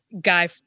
Guy